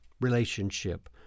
relationship